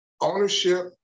Ownership